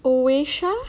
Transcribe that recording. oasia